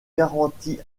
garanties